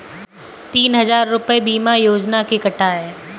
तीन हजार रूपए बीमा योजना के कटा है